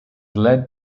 led